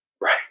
Right